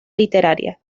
literaria